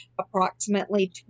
approximately